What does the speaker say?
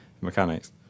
mechanics